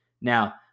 Now